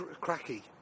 cracky